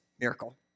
miracle